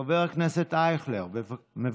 חבר הכנסת אייכלר, בבקשה.